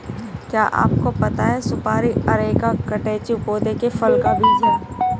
क्या आपको पता है सुपारी अरेका कटेचु पौधे के फल का बीज है?